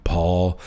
Paul